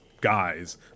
guys